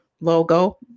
logo